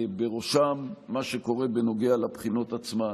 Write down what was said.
ובראשן מה שקורה בנוגע לבחינות עצמן.